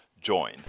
join